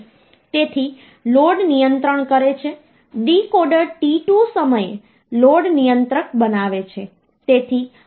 તેથી લોડ નિયંત્રિત કરે છે ડીકોડર t2 સમયે લોડ નિયંત્રક બનાવે છે